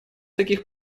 таких